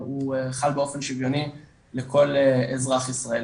הוא חל באופן שיווני לכל אזרח ישראל.